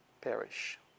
perish